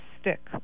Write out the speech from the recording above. stick